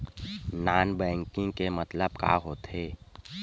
Non banking के मतलब का होथे?